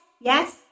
Yes